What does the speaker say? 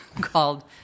called